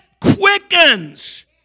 quickens